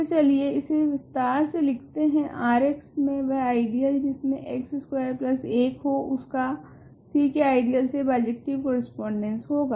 तो चलिए इसे विसटर से लिखते है Rx मे वह आइडियल जिसमे x स्कवेर 1 हो उसका C के आइडियल से बाइजेक्टिव कोरेस्पोंडेंस होगा